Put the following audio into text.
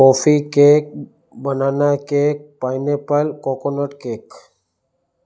coffee cake banana cake pineapple coconut cake